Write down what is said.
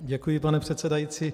Děkuji, pane předsedající.